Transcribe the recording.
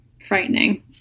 frightening